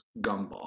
Gumball